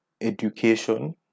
education